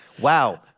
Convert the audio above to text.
Wow